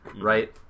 Right